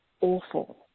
awful